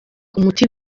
umuti